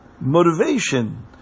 motivation